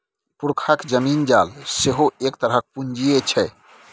पुरखाक जमीन जाल सेहो एक तरहक पूंजीये छै